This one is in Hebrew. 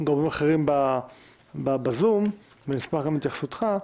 גורמים בזום, ונשמח גם להתייחסותך.